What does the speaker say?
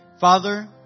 Father